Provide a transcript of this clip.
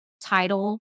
title